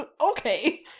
okay